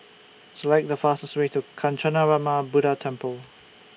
Select The fastest Way to Kancanarama Buddha Temple